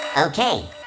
Okay